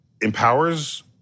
empowers